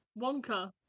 Wonka